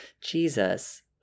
Jesus